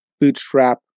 Bootstrap